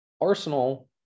Arsenal